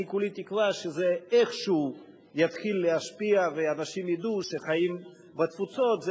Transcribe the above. אני כולי תקווה שזה איכשהו יתחיל להשפיע ואנשים ידעו שחיים בתפוצות זה